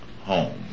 home